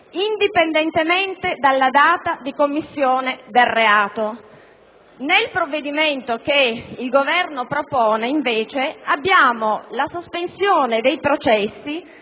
«indipendentemente dalla data di commissione del reato». Nel provvedimento che il Governo propone, invece, abbiamo la sospensione dei processi